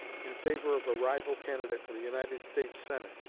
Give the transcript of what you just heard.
in favor of a rival candidate for the united states senate,